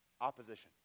Opposition